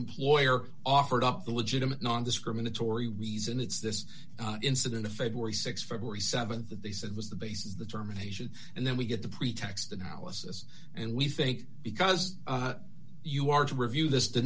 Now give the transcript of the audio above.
employer offered up the legitimate nondiscriminatory reason it's this incident in february six february th that they said was the basis of the terminations and then we get the pretext analysis and we think because you are to review this to